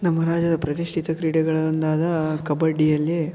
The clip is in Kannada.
ನಮ್ಮ ರಾಜ್ಯದ ಪ್ರತಿಷ್ಠಿತ ಕ್ರೀಡೆಗಳೊಂದಾದ ಕಬಡ್ಡಿಯಲ್ಲಿ